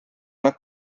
nad